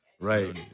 right